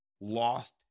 lost